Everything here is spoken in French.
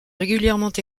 régulièrement